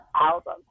album